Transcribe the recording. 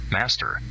master